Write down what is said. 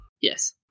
Yes